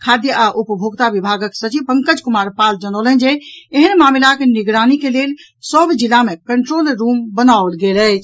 खाद्य आ उपभोक्ता विभागक सचिव पंकज कुमार पाल जनौलनि जे एहेन मामिलाक निगरानी के लेल सभ जिला मे कंट्रोल रूम बनाओल गेल अछि